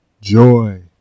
joy